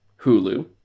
Hulu